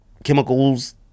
chemicals